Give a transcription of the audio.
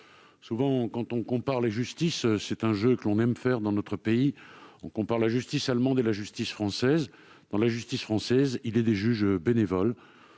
Souvent, quand on compare la justice- c'est un jeu que l'on aime dans notre pays -, on compare la justice allemande et la justice française. La justice française compte des juges bénévoles